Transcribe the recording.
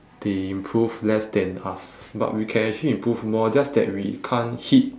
they improve less than us but we can actually improve more just that we can't hit